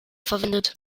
verwendet